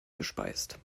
gespeist